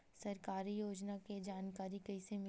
सरकारी योजना के जानकारी कइसे मिलही?